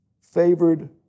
favored